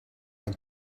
een